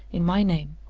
in my name.